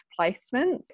placements